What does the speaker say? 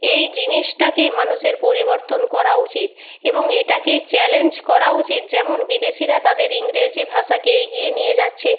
এই জিনিসটাকে মানুষের পরিবর্তন করা উচিত এবং এটাকেই চ্যালেঞ্জ করা উচিত যেমন বিদেশিরা তাদের ইংরেজি ভাষাকে এগিয়ে নিয়ে যাচ্ছে